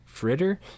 Fritter